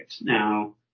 Now